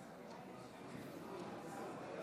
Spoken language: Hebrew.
הקולות.